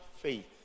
faith